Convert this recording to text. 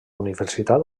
universitat